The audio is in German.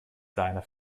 seiner